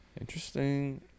Interesting